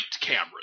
cameras